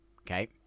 Okay